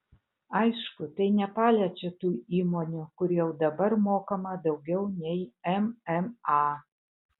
aišku tai nepaliečia tų įmonių kur jau dabar mokama daugiau nei mma